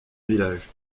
village